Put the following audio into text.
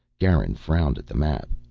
garin frowned at the map.